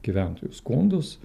gyventojų skundus